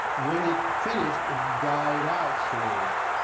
when it finished, it died out slowly.